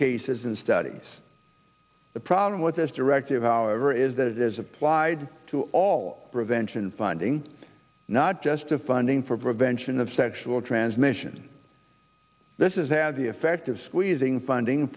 cases and studies the problem with this directive however is that it is applied to all prevention funding not just to funding for prevention of sexual transmission this is had the effect of squeezing funding